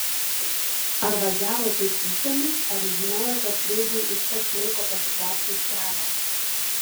ar važiavo taip tyčiomis ar žinojo kad kreigui užteks laiko pasitraukti iš kelio